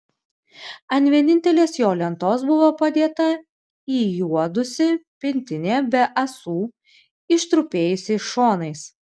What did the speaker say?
ant vienintelės jo lentos buvo padėta įjuodusi pintinė be ąsų ištrupėjusiais šonais